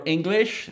English